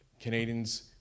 Canadians